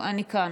זאב אלקין,